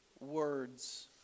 words